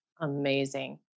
Amazing